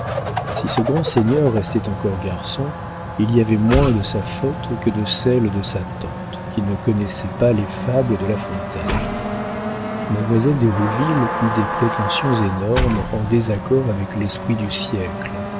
si ce grand seigneur restait encore garçon il y avait moins de sa faute que de celle de sa tante qui ne connaissait pas les fables de la fontaine mademoiselle d'hérouville eut des prétentions énormes en désaccord avec l'esprit du siècle